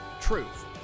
truth